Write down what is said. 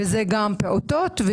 גם פעוטות,